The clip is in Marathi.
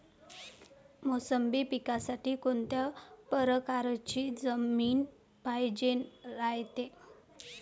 मोसंबी पिकासाठी कोनत्या परकारची जमीन पायजेन रायते?